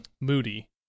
Moody